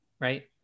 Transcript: Right